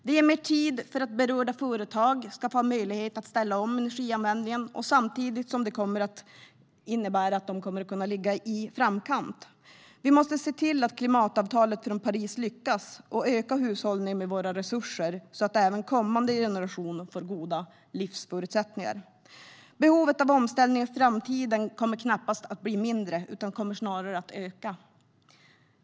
Det ger mer tid för berörda företag att ställa om energianvändningen, samtidigt som det innebär att de kommer att kunna ligga i framkant. Vi måste se till att klimatavtalet från Paris lyckas och öka hushållningen med våra resurser så att även kommande generationer får goda livsförutsättningar. Behovet av omställning i framtiden kommer knappast att bli mindre utan kommer snarare att öka.